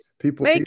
People